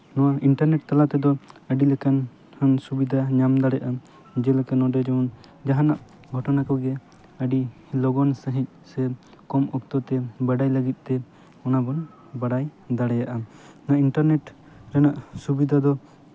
ᱱᱚᱣᱟ ᱤᱱᱴᱟᱨᱱᱮᱴ ᱛᱟᱞᱟ ᱛᱮᱫᱚ ᱟᱹᱰᱤᱞᱮᱠᱟᱱ ᱥᱩᱡᱳᱜᱽ ᱥᱩᱵᱤᱫᱷᱟ ᱧᱟᱢ ᱫᱟᱲᱮᱭᱟᱜᱼᱟ ᱡᱮᱞᱮᱠᱟ ᱱᱚᱸᱰᱮ ᱡᱮᱢᱚᱱ ᱡᱟᱦᱟᱱᱟᱜ ᱜᱷᱚᱴᱚᱱᱟ ᱠᱚᱜᱮ ᱟᱹᱰᱤ ᱞᱚᱜᱚᱱ ᱥᱟᱺᱦᱤᱡ ᱥᱮ ᱠᱚᱢ ᱚᱠᱛᱚ ᱛᱮ ᱵᱟᱰᱟᱭ ᱞᱟᱹᱜᱤᱫ ᱛᱮ ᱚᱱᱟ ᱵᱚᱱ ᱵᱟᱲᱟᱭ ᱫᱟᱲᱮᱭᱟᱜᱼᱟ ᱱᱚᱣᱟ ᱤᱱᱴᱟᱨᱱᱮᱴ ᱨᱮᱱᱟᱜ ᱥᱩᱵᱤᱫᱷᱟ ᱫᱚ